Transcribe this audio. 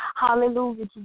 Hallelujah